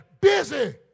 busy